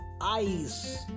eyes